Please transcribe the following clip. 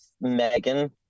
Megan